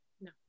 no